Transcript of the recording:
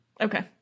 Okay